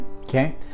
okay